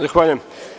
Zahvaljujem.